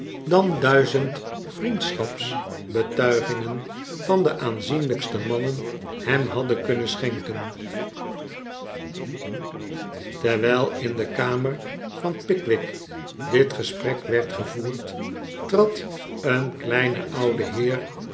dan duizend vriendschapsbetuigingen van de aanzienlijkste mannen hem hadden kunnen schenken terwijl in de kamer van pickwick dit ge sprek werd gevoerd trad een kleine oude heer